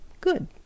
Good